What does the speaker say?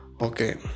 okay